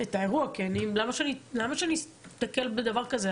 את האירוע, כי למה שאני אסתכל בדבר הזה?